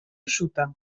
eixuta